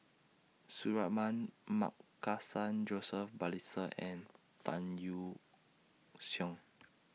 Suratman Markasan Joseph Balestier and Tan Yeok Seong